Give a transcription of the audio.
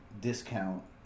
discount